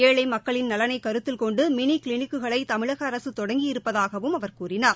ஏழை மக்களின் நலனை கருத்தில் கொண்டு மினி கிளினிக்குகளை தமிழக அரசு தொடங்கி இருப்பதாகவும் அவர் கூறினார்